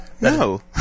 No